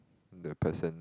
the person